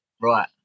Right